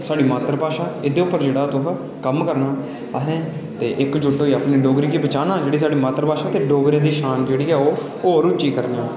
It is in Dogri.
साढ़ी् मातर भाशा एह्दे उप्पर जेह्ड़े तुसें कम्म करना असेै इक जुट्ट होइयै डोगरी गी बचाना जेह्ड़ी साढ़ी मातर भाशा ऐ ते डोगरें दी शान जेह्ड़ी ऐ ओह् होर उच्ची करनी